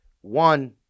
One